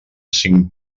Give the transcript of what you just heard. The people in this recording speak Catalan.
cinc